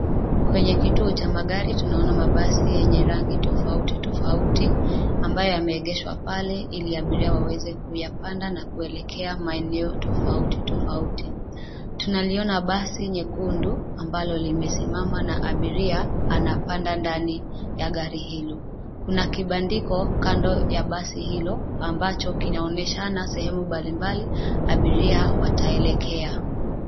Kwenye kituo cha magari, tunaona mabasi yenye rangi tofauti tofauti ambayo yameegeshwa pale iliabiria waweze kuyapanda na kuelekea maeneo tofauti tofauti. Tunaliona basi nyekundu, ambalo limesimama na abiria anapanda ndani ya gari hilo. Kuna kibandiko kando ya basi hilo ambacho kinaonyeshana sehemu mbalimbali abiria wataelekea.